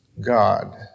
God